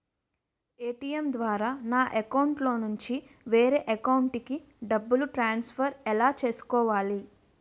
ATM ద్వారా నా అకౌంట్లోనుంచి వేరే అకౌంట్ కి డబ్బులు ట్రాన్సఫర్ ఎలా చేసుకోవాలి?